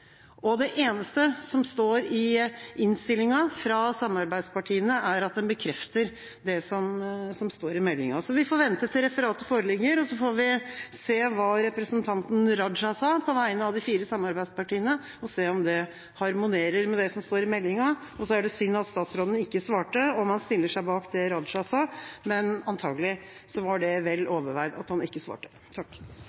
og det eneste som står i innstillinga fra samarbeidspartiene, er at de bekrefter det som står i meldinga. Vi får vente til referatet foreligger og så får vi se hva representanten Raja sa, på vegne av de fire samarbeidspartiene, og se om det harmonerer med det som står i meldinga. Så er det synd at statsråden ikke svarte på om han stiller seg bak det Raja sa – men antakelig var det vel overveid at han ikke svarte.